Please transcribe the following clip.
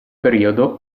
periodo